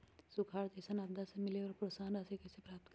सुखार जैसन आपदा से मिले वाला प्रोत्साहन राशि कईसे प्राप्त करी?